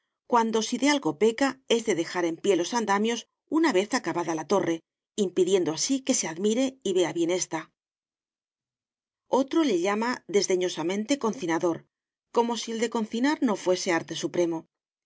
cuando si de algo peca es de dejar en pie los andamios una vez acabada la torre impidiendo así que se admire y vea bien ésta otro le llama desdeñosamente concinador como si el de concinar no fuese arte supremo el